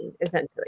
essentially